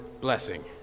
blessing